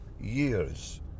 years